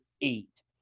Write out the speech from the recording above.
eight